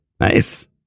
Nice